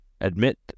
admit